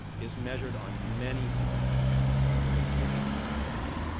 is measured on many points and the position is averaged.